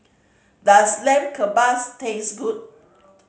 does Lamb Kebabs taste good